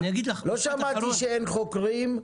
לא שמעתי שאין חוקרים,